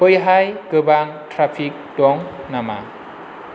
बैहाय गोबां ट्रेफिक दं नामा